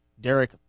Derek